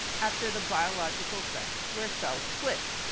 after the biological fact, were so split.